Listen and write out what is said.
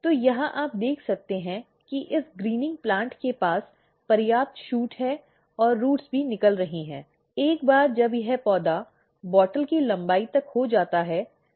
तो यहाँ आप देख सकते हैं कि इस ग्रीनिंग प्लांट के पास पर्याप्त शूट है और जड़ें भी निकल रही हैं एक बार जब यह पौधा बोतल की लंबाई तक हो जाता है